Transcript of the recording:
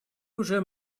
уже